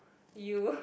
you